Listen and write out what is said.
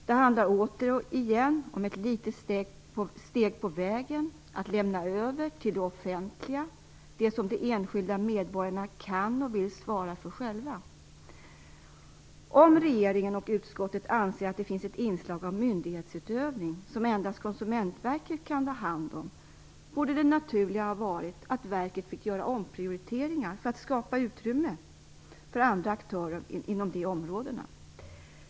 Det handlar återigen om ett litet steg på vägen att lämna över till det offentliga det som de enskilda medborgarna kan och vill svara för själva. Om regeringen och utskottet anser att det finns ett inslag av myndighetsutövning som endast Konsumentverket kan ta hand om borde det naturliga ha varit att verket fick göra omprioriteringar för att skapa utrymme för andra aktörer inom de områdena.